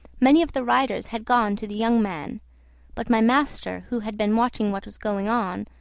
many of the riders had gone to the young man but my master, who had been watching what was going on,